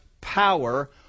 power